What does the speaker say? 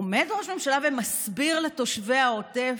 עומד ראש הממשלה ומסביר לתושבי העוטף,